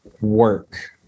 work